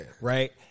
right